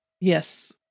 Yes